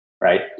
right